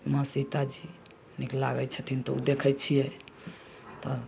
माँ सीता जी नीक लागै छथिन तऽ ओ देखै छियै तऽ